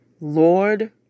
Lord